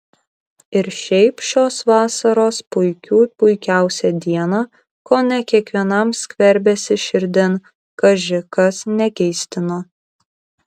ir šiaip šios vasaros puikių puikiausią dieną kone kiekvienam skverbėsi širdin kaži kas negeistino